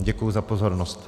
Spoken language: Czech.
Děkuji za pozornost.